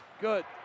good